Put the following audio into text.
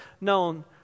known